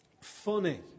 funny